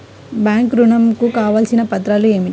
Bank ఋణం కు కావలసిన పత్రాలు ఏమిటి?